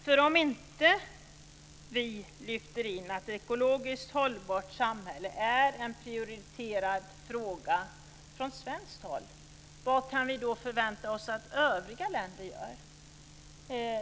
Om vi inte från svenskt håll lyfter in att ett ekologiskt hållbart samhälle är en prioriterad fråga, vad kan vi då förvänta oss att övriga länder gör?